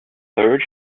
third